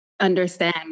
understand